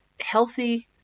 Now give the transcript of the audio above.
healthy